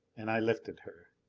and i lifted her.